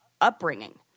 upbringing